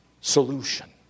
solution